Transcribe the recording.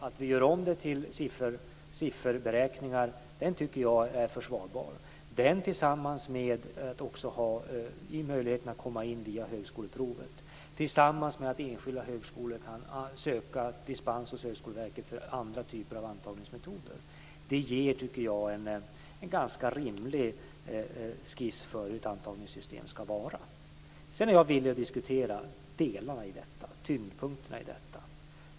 Att vi gör om betygen till siffror och gör beräkningar på dessa tycker jag är försvarbart i kombination med att man också har möjlighet att komma in via högskoleprovet. Enskilda högskolor kan också söka dispens hos Högskoleverket för andra typer av antagningsmetoder. Det ger, tycker jag, en ganska rimlig skiss för hur ett antagningssystem ska vara. Sedan är jag villig att diskutera delarna i detta - tyngdpunkten.